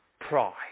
pride